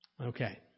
Okay